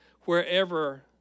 Wherever